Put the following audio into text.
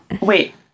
Wait